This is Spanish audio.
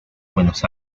buenos